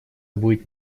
будет